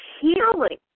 healing